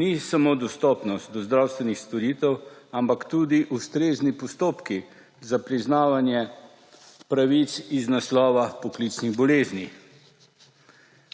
ni samo dostopnost do zdravstvenih storitev, ampak so tudi ustrezni postopki za priznavanje pravic iz naslova poklicnih bolezni,